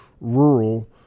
rural